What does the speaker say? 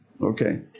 okay